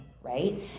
right